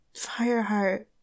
Fireheart